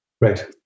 Right